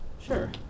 Sure